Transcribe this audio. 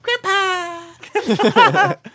Grandpa